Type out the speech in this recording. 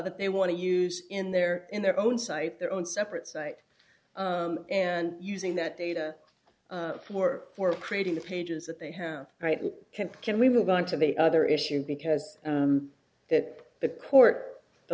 that they want to use in their in their own site their own separate site and using that data more for creating the pages that they have right now can we move on to the other issue because that the court the